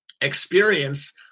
experience